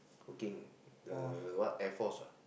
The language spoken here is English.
working the what Air-Force ah